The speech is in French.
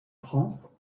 france